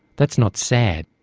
that's not sad,